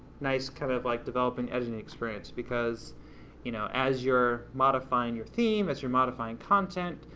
nice kind of like developing, editing experience because you know as you're modifying your theme, as you're modifying content,